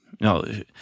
no